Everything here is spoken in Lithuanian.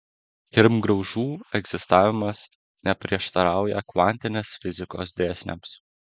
kirmgraužų egzistavimas neprieštarauja kvantinės fizikos dėsniams